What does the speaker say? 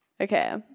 Okay